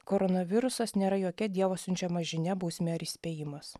koronavirusas nėra jokia dievo siunčiama žinia bausmė ar įspėjimas